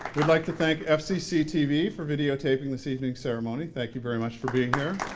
we'd like to thank fcctv for videotaping this evening ceremony thank you very much for being here.